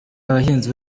abahinzi